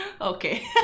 Okay